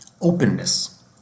openness